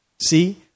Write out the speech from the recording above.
See